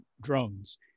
drones